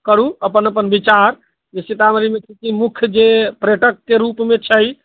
करू अपन अपन विचार जे सीतामढ़ीमे की की मुख्य जे पर्यटकके रूपमे छै